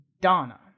Donna